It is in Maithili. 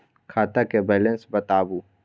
खाता के बैलेंस बताबू?